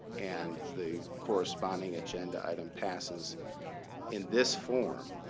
and the corresponding agenda item passes in this form,